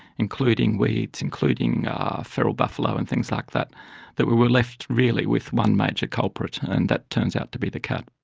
including weeds, including feral buffalo and things like that that we were left really with one major culprit, and that turns out to be the cat.